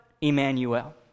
Emmanuel